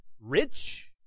rich